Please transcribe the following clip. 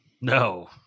no